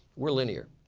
we're linear.